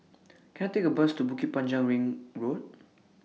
Can I Take A Bus to Bukit Panjang Ring Road